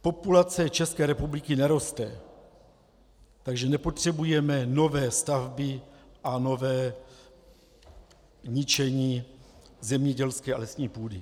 Populace České republiky neroste, takže nepotřebuje nové stavby a nové ničení zemědělské a lesní půdy.